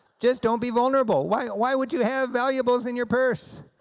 just don't be vulnerable. why why would you have valuables in your purse?